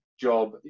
job